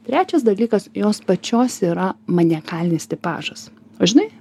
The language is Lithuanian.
trečias dalykas jos pačios yra maniakalinis tipažas o žinai